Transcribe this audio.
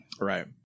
Right